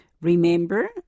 Remember